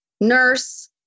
nurse